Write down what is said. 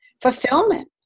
fulfillment